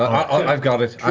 i mean i've got it,